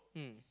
mm